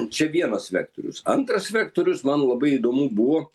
čia vienas vektorius antras vektorius man labai įdomu buvo